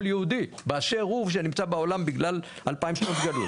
כל יהודי באשר הוא שנמצא בעולם בגלל אלפיים שנות גלות.